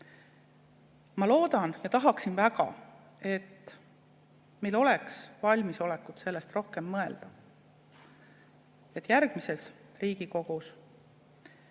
Ma loodan ja tahaksin väga, et meil oleks valmisolekut sellest rohkem mõelda, et järgmises Riigikogus